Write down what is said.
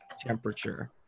temperature